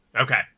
Okay